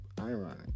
ironic